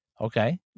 Okay